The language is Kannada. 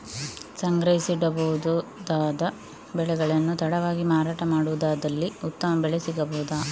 ಸಂಗ್ರಹಿಸಿಡಬಹುದಾದ ಬೆಳೆಗಳನ್ನು ತಡವಾಗಿ ಮಾರಾಟ ಮಾಡುವುದಾದಲ್ಲಿ ಉತ್ತಮ ಬೆಲೆ ಸಿಗಬಹುದಾ?